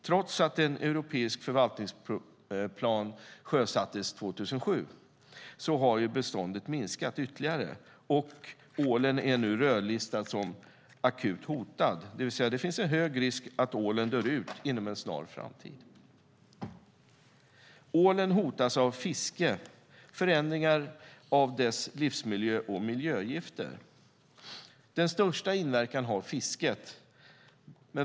Trots att en europeisk förvaltningsplan sjösattes 2007 har beståndet minskat ytterligare. Ålen är nu rödlistad som akut hotad. Det finns alltså en hög risk att ålen dör ut inom en snar framtid. Ålen hotas av fiske, förändringar i dess livsmiljö och miljögifter. Den största inverkan har fisket.